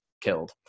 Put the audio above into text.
killed